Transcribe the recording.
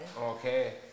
okay